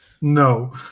No